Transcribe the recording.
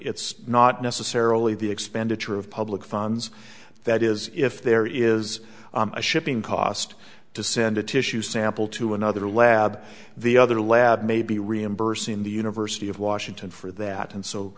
it's not necessarily the expenditure of public funds that is if there is a shipping cost to send a tissue sample to another lab the other lab may be reimbursing the university of washington for that and